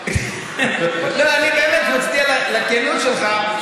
אני באמת מצדיע לכנות שלך.